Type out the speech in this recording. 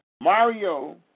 Mario